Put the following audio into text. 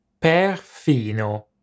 Perfino